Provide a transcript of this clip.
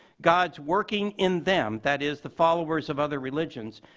god's working in them, that is, the followers of other religions,